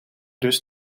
dus